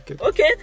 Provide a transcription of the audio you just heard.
Okay